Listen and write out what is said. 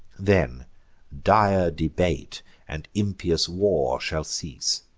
then dire debate and impious war shall cease,